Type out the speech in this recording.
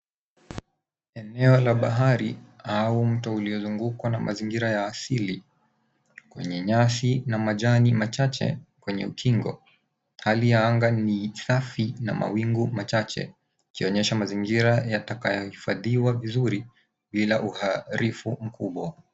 Eneo la bahari au mto uliozungukwa na mazingira ya asili kwenye nyasi na majani machache kwenye ukingo. Hali ya anga ni safi na mawingu machache, ikionyesha mazingira yatakayohifadhiwa vizuri bila uharibifu mkubwa.